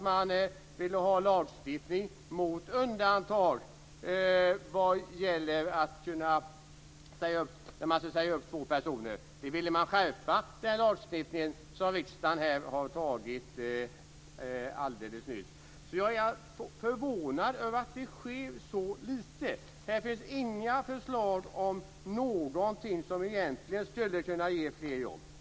Man ville ha lagstiftning mot att två personer undantas vid uppsägning. Man ville skärpa den lagstiftning som riksdagen har antagit helt nyligen. Jag är förvånad över att det sker så lite. Här finns inga förslag om någonting som egentligen skulle kunna ge fler jobb.